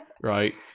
right